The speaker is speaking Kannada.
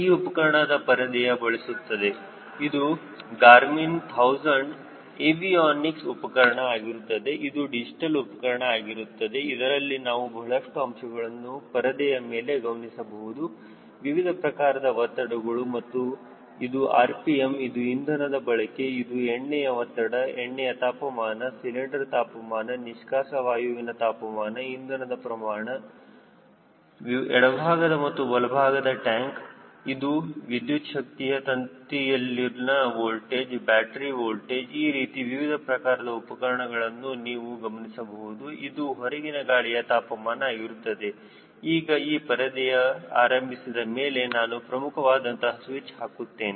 ಈ ಉಪಕರಣದ ಪರದೆಯು ಬಳಸುತ್ತದೆ ಇದು ಗಾರ್ಮಿನ್ 1000 ಏವಿಯೋನಿಕ್ಸ್ ಉಪಕರಣ ಆಗಿರುತ್ತದೆ ಇದು ಡಿಜಿಟಲ್ ಉಪಕರಣ ಆಗಿರುತ್ತದೆ ಇದರಲ್ಲಿ ನೀವು ಬಹಳಷ್ಟು ಅಂಶಗಳನ್ನು ಪರದೆಯ ಮೇಲೆ ಗಮನಿಸಬಹುದು ವಿವಿಧ ಪ್ರಕಾರದ ಒತ್ತಡಗಳು ಇದು rpm ಇದು ಇಂಧನದ ಬಳಕೆ ಇದು ಎಣ್ಣೆಯ ಒತ್ತಡ ಎಣ್ಣೆಯ ತಾಪಮಾನ ಸಿಲಿಂಡರ್ ತಾಪಮಾನ ನಿಷ್ಕಾಸ ವಾಯುವಿನ ತಾಪಮಾನ ಇಂಧನದ ಪ್ರಮಾಣ ಎಡಭಾಗದ ಮತ್ತು ಬಲಭಾಗದ ಟ್ಯಾಂಕ್ಇದು ವಿದ್ಯುಚ್ಛಕ್ತಿ ತಂತಿಯಲ್ಲಿನ ವೋಲ್ಟೇಜ್ ಬ್ಯಾಟರಿ ವೋಲ್ಟೇಜ್ ಈ ರೀತಿ ವಿವಿಧ ಪ್ರಕಾರದ ಉಪಕರಣಗಳನ್ನು ನೀವು ಗಮನಿಸಬಹುದು ಇದು ಹೊರಗಿನ ಗಾಳಿಯ ತಾಪಮಾನ ಆಗಿರುತ್ತದೆ ಈಗ ಈ ಪರದೆಯನ್ನು ಆರಂಭಿಸಿದ ಮೇಲೆ ನಾನು ಪ್ರಮುಖವಾದಂತಹ ಸ್ವಿಚ್ ಹಾಕುತ್ತೇನೆ